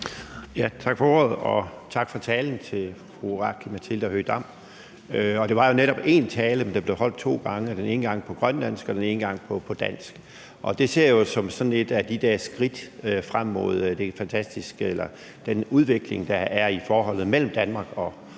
Tak for ordet, og tak for talen til fru Aki-Matilda Høegh-Dam. Det var jo netop én tale, men den blev holdt to gange – den ene gang på grønlandsk og den anden gang på dansk. Det ser jeg jo som et af de der skridt hen imod den udvikling, der er i forholdet mellem Danmark og Grønland